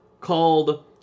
called